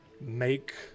Make